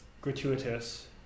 gratuitous